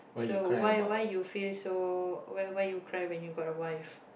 so why why you feel so why why you cry when you got a wife